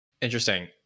interesting